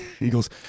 Eagles